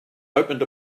opened